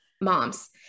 moms